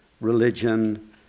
religion